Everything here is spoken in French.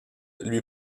lui